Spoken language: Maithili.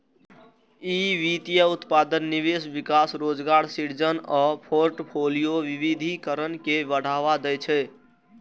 ई वित्तीय उत्पादक निवेश, विकास, रोजगार सृजन आ फोर्टफोलियो विविधीकरण के बढ़ावा दै छै